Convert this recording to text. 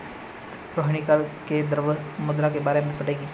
रोहिणी कल से द्रव्य मुद्रा के बारे में पढ़ेगी